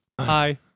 hi